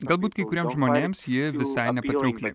galbūt kai kuriems žmonėms ji visai nepatraukli